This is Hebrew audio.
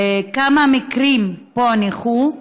2. כמה מקרים פוענחו?